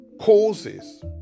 causes